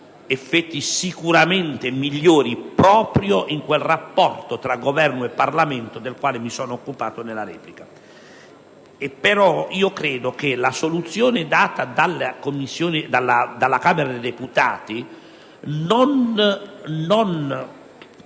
effetti sicuramente migliori proprio nel rapporto tra Governo e Parlamento del quale mi sono occupato nella replica. Credo però che la soluzione data dalla Camera dei deputati non